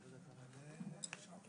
הישיבה ננעלה בשעה